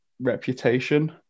reputation